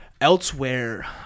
Elsewhere